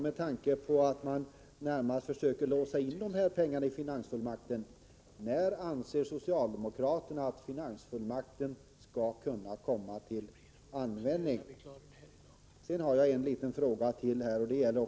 Med tanke på att man närmast försöker låsa in dessa pengar i finansfullmakten blir min fråga till Erik Johansson: När anser socialdemokraterna att finansfullmakten skall kunna komma till användning? Jag vill ställa ännu en fråga.